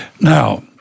Now